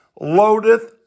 loadeth